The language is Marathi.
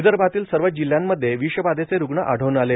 विदर्भातील सर्वच जिल्हयांमध्ये विषबाधेचे रूग्ण आढळून आले